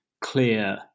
clear